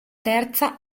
terza